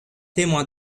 témoins